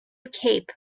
cape